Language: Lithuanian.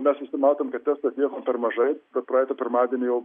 mes visi matom kad testų atliekam per mažai per praeitą pirmadienį jau